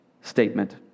statement